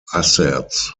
asserts